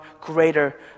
greater